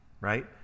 right